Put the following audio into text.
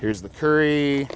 here's the curry